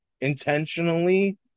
intentionally